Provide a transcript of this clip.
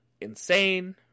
insane